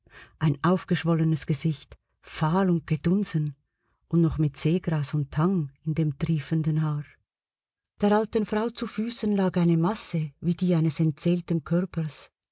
ein aufgeschwollenes gesicht fahl und gedunsen und noch mit seegras und tang in dem triefenden haar der alten frau zu füßen lag eine masse wie die eines entseelten körpers